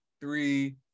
three